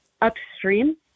upstream